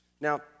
Now